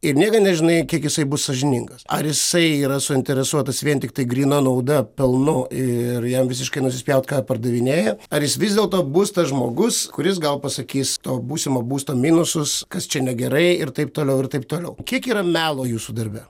ir niekad nežinai kiek jisai bus sąžiningas ar jisai yra suinteresuotas vien tiktai gryna nauda pelnu ir jam visiškai nusispjaut ką pardavinėja ar jis vis dėlto bus tas žmogus kuris gal pasakys to būsimo būsto minusus kas čia negerai ir taip toliau ir taip toliau kiek yra melo jūsų darbe